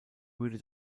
würde